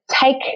take